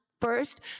First